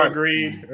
Agreed